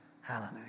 Hallelujah